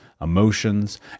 emotions